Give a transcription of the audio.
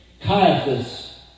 Caiaphas